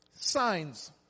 signs